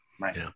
Right